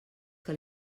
que